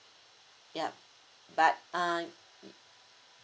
yup but uh